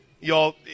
Y'all